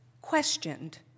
questioned